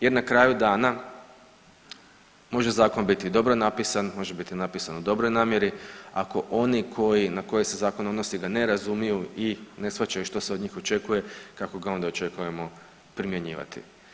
Jer, na kraju dana može zakon biti dobro napisan, može biti napisan u dobroj namjeri, ako oni koji, na koje se zakon odnosi ga ne razumiju i ne shvaćaju što se od njih očekuje, kako ga onda očekujemo primjenjivati.